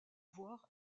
voire